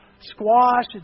squash